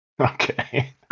okay